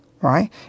Right